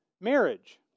marriage